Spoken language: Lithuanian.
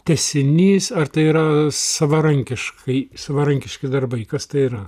tęsinys ar tai yra savarankiškai savarankiški darbai kas tai yra